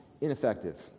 ineffective